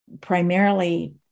primarily